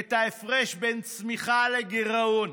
את ההפרש בין צמיחה לגירעון.